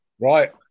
Right